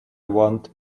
want